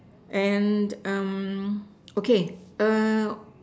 and um okay err